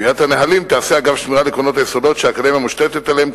קביעת הנהלים תיעשה אגב שמירה על עקרונות היסוד שהאקדמיה מושתתת עליהם,